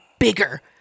bigger